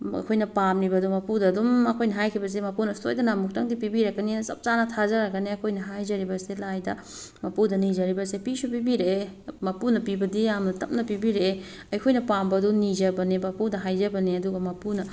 ꯑꯩꯈꯣꯏꯅ ꯄꯥꯝꯂꯤꯕꯗꯣ ꯃꯄꯨꯗ ꯑꯗꯨꯝ ꯑꯩꯈꯣꯏꯅ ꯍꯥꯏꯈꯤꯕꯁꯦ ꯃꯄꯨꯅ ꯁꯣꯏꯗꯅ ꯑꯃꯨꯛꯇꯪꯗꯤ ꯄꯤꯕꯤꯔꯛꯀꯅꯤꯅ ꯆꯞ ꯆꯥꯅ ꯊꯥꯖꯔꯒꯅꯦ ꯑꯩꯈꯣꯏꯅ ꯍꯥꯏꯖꯔꯤꯕꯁꯦ ꯂꯥꯏꯗ ꯃꯄꯨꯗ ꯅꯤꯖꯔꯤꯕꯁꯦ ꯄꯤꯁꯨ ꯄꯤꯕꯤꯔꯛꯑꯦ ꯃꯄꯨꯅ ꯄꯤꯕꯗꯤ ꯌꯥꯝꯅ ꯇꯞꯅ ꯄꯤꯕꯤꯔꯛꯑꯦ ꯑꯩꯈꯣꯏꯅ ꯄꯥꯝꯕ ꯑꯗꯨ ꯅꯤꯖꯕꯅꯦ ꯃꯄꯨꯗ ꯍꯥꯏꯖꯕꯅꯦ ꯑꯗꯨꯒ ꯃꯄꯨꯅ